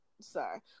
sorry